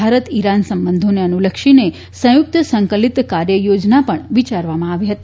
Bharat Iran સંબંધોને અનુલક્ષીને સંયુક્ત સંકલિત કાર્યયોજના પણ વિચારવામાં આવી હતી